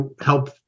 help